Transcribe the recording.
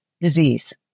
disease